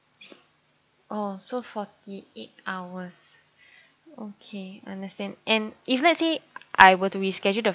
oh so forty eight hours okay understand and if let's say I were to reschedule the